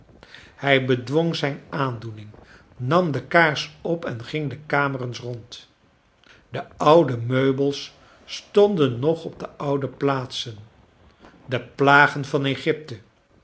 hij bedwong zijn aandcening nam de kaars op en ging de kamer eens rond de oude meubels stonden nog op de oude plaatsen de plagen van egypte